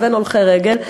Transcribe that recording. לבין הולכי רגל.